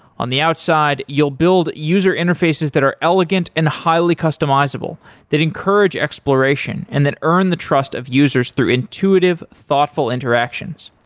on the outside, you will build user interfaces that are elegant and highly customizable that encourage exploration and that earn the trust of users through intuitive, thoughtful interactions.